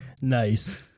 Nice